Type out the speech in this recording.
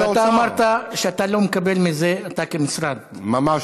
ואתה אמרת שאתה לא מקבל מזה, אתה כמשרד, ממש לא.